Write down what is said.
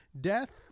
death